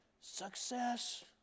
Success